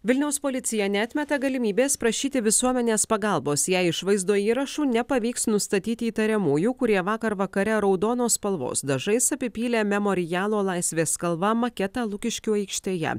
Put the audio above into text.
vilniaus policija neatmeta galimybės prašyti visuomenės pagalbos jei iš vaizdo įrašų nepavyks nustatyti įtariamųjų kurie vakar vakare raudonos spalvos dažais apipylė memorialo laisvės kalva maketą lukiškių aikštėje